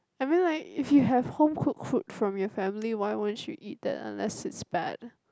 I mean like if you have home cook food from your family why won't you eat that unless it's bad